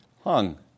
hung